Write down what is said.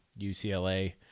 UCLA